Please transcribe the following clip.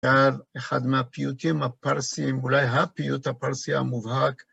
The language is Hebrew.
כאן אחד מהפיוטים הפרסיים, אולי הפיוט הפרסי המובהק,